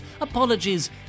Apologies